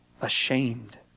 ashamed